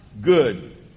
good